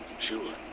Sure